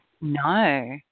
No